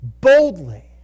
boldly